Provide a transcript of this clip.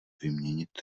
vyměnit